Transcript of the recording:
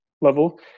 level